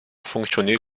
fonctionné